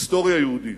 היסטוריה יהודית,